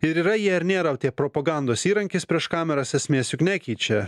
ir yra jie ar nėra tie propagandos įrankis prieš kameras esmės juk nekeičia